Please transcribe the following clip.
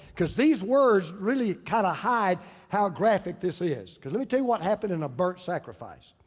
cause these words really kinda hide how graphic this is. cause let me tell you what happened in a burnt sacrifice.